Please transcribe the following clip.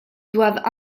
doivent